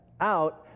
out